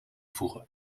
voegen